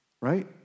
Right